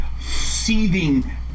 seething